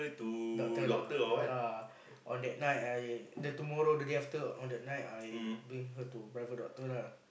doctor lah yea lah on that night I the tomorrow the day after on the night I bring her to private doctor lah